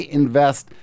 invest